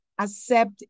accept